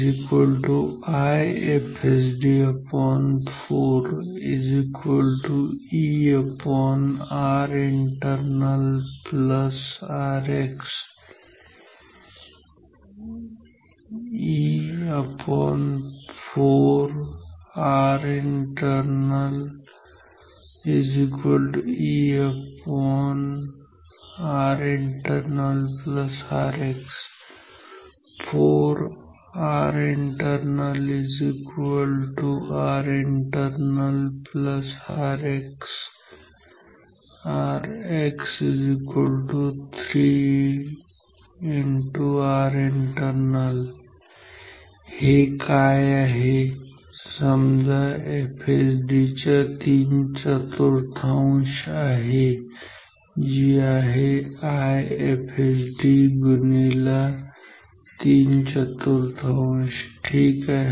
I 𝐼𝐹𝑆𝐷4 𝐸𝑅𝑖𝑛𝑡𝑒𝑟𝑛𝑎𝑙 Rx 𝐸4 𝑅𝑖𝑛𝑒𝑟𝑛𝑎𝑙𝐸𝑅𝑖𝑛𝑡𝑒𝑟𝑛𝑎𝑙 Rx 4 𝑅𝑖𝑛𝑡𝑒𝑟𝑛𝑎𝑙 𝑅𝑖𝑛𝑡𝑒𝑟𝑛𝑎𝑙 Rx Rx 3 𝑅𝑖𝑛𝑡𝑒𝑟𝑛𝑎𝑙 हे काय आहे समजा एफएसडी च्या तीन चतुर्थांश आहे जी आहे IFSD गुणी ला तीन चतुर्थांश ठीक आहे